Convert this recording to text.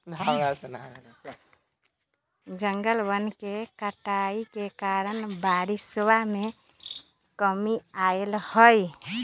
जंगलवन के कटाई के कारण बारिशवा में कमी अयलय है